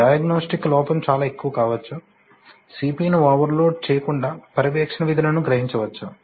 diagnostics లోపం చాలా ఎక్కువ కావచ్చు CPUను ఓవర్లోడ్ చేయకుండా పర్యవేక్షణ విధులను గ్రహించవచ్చు